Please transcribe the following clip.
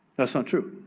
that's not true.